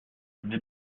n’est